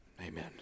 Amen